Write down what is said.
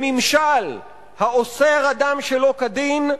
בממשל, האוסר אדם שלא כדין,